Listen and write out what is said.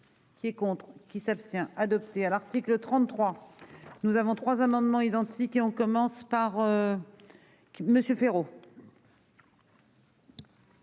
Qui est contre qui s'abstient adoptée à l'article 33. Nous avons trois amendements identiques et on commence par. Qui